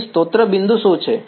અહીં સ્ત્રોત બિંદુ શું છે